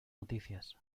noticias